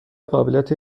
قابلیت